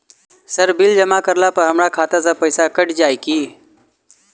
Sir bill जमा करला पर हमरा खाता सऽ पैसा कैट जाइत ई की?